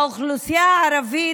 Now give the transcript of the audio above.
האוכלוסייה הערבית,